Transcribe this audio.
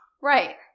Right